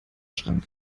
schrank